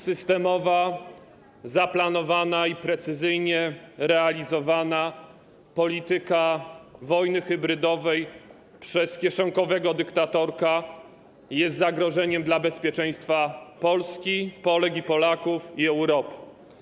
Systemowa, zaplanowania i precyzyjnie realizowana polityka wojny hybrydowej przez kieszonkowego dyktatorka jest zagrożeniem dla bezpieczeństwa Polski, Polek i Polaków, a także Europy.